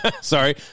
Sorry